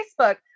Facebook